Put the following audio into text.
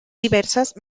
diversas